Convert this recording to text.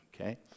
Okay